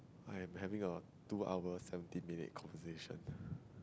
I am having a two hour seventeen minute conversation